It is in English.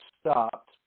stopped